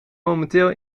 momenteel